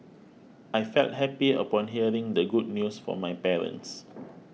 I felt happy upon hearing the good news from my parents